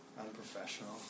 Unprofessional